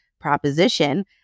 proposition